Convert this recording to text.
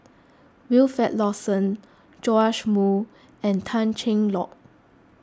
Wilfed Lawson Joash Moo and Tan Cheng Lock